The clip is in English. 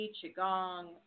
qigong